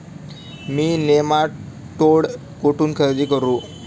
मी nematode कुठून खरेदी करू?